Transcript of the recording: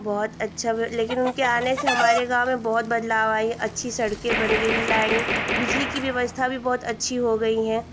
बहुत अच्छा लेकिन उनके आने से हमारे गाँव में बहुत बदलाव आया है अच्छी सड़कें बन गईं लाइन बिजली की व्यवस्था भी बहुत अच्छी हो गई है